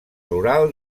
rural